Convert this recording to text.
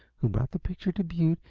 who brought the picture to butte,